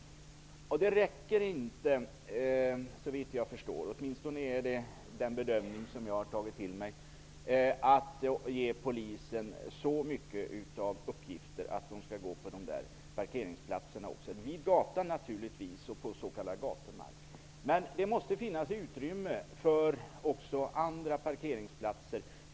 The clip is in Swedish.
Såvitt jag förstår är detta inte tillräckligt -- i varje fall inte enligt den bedömning som jag har tagit del av -- för att man skall kunna ålägga Polisen uppgiften att övervaka också parkeringsplatserna. Vid gator och på s.k. gatumark är det naturligtvis polisen som sköter kontrollen. Det måste finnas utrymme för också andra sorters parkeringsplatser.